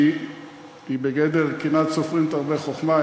שהיא בגדר "קנאת סופרים תרבה חוכמה".